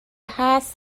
هست